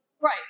Right